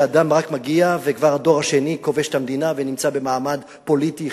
שאדם רק מגיע וכבר הדור השני כובש את המדינה ונמצא במעמד פוליטי,